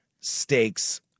stakes